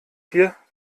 wir